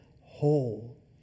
whole